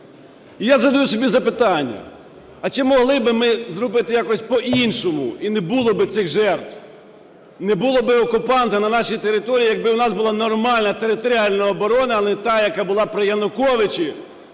я задаю собі запитання, а чи могли би ми зробити якось по-іншому і не було би цих жертв, не було би окупанта на нашій території, якби у нас була нормальна територіальна оборона, а не та, яка була при Януковичу